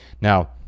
Now